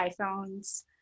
iPhones